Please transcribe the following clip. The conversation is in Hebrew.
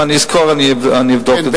ואולי אם אני אזכור אני אבדוק את זה.